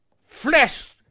flesh